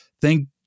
Thank